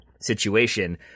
situation